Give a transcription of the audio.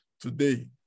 today